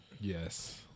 Yes